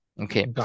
Okay